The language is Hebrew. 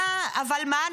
אבל מה?